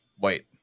Wait